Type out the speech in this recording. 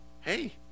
hey